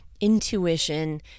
intuition